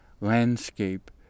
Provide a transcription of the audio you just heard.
landscape